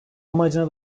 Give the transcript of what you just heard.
amacına